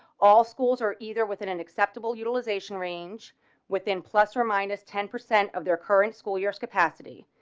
all schools are either within an acceptable utilization range within plus or minus ten percent of their current school years. capacity.